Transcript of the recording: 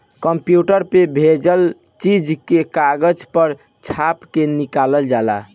computer पर भेजल चीज के कागज पर छाप के निकाल ल